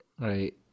Right